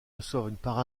reçoivent